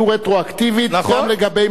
רטרואקטיבית גם לגבי מערכות אחרות.